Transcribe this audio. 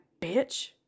bitch